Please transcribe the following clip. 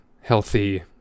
healthy